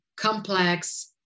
complex